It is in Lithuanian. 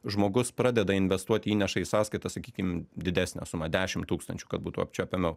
žmogus pradeda investuoti įneša į sąskaitą sakykim didesnę sumą dešim tūkstančių kad būtų apčiuopiamiau